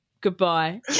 goodbye